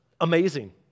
amazing